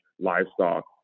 livestock